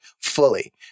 fully